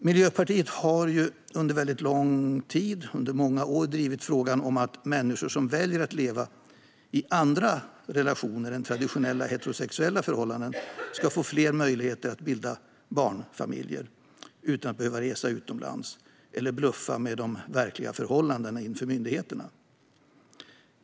Miljöpartiet har under många år drivit frågan om att människor som väljer att leva i andra relationer än traditionella heterosexuella förhållanden ska få fler möjligheter att bilda barnfamiljer utan att behöva resa utomlands eller bluffa med de verkliga förhållandena inför myndigheterna.